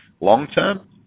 long-term